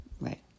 Right